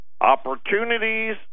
Opportunities